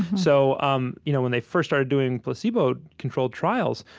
so um you know when they first started doing placebo controlled trials,